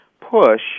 push